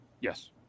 yes